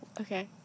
Okay